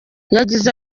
yagize